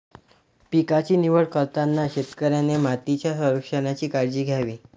पिकांची निवड करताना शेतकऱ्याने मातीच्या संरक्षणाची काळजी घ्यावी